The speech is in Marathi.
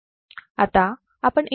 आता आपण इंटिग्रेटर साठी उदाहरण सोडवूयात